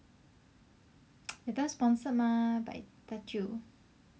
that time sponsored mah by 大舅